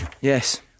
Yes